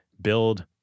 build